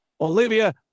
Olivia